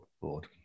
board